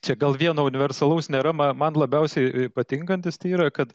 čia gal vieno universalaus nėra ma man labiausiai patinkantis tai yra kad